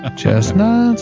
Chestnuts